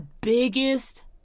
biggest